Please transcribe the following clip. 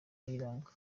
kayiranga